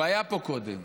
הוא היה פה קודם.